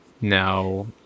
No